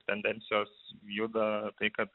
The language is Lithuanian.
tendencijos juda tai kad